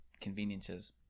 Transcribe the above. Conveniences